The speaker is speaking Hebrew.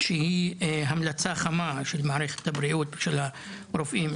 שהיא המלצה חמה של מערכת הבריאות ושל הרופאים,